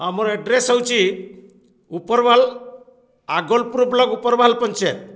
ଆମର ଆଡ୍ରେସ୍ ହେଉଛି ଉପରଭାଲ ଆଗୋଲପୁର ବ୍ଲକ ଉପରଭାଲ ପଞ୍ଚାୟତ